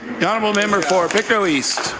the honourable member for pictou east.